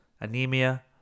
anemia